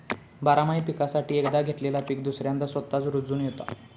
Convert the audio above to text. बारमाही पीकापासून एकदा घेतलेला पीक दुसऱ्यांदा स्वतःच रूजोन येता